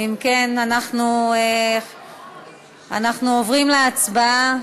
אם כן, אנחנו עוברים להצבעה.